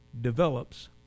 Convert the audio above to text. develops